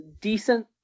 decent